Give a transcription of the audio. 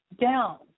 down